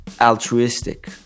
altruistic